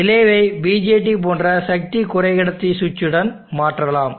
ரிலேவை BJT போன்ற சக்தி குறைக்கடத்தி சுவிட்சுடன் மாற்றலாம்